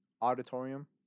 Auditorium